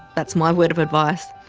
that's my word of advice.